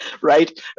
Right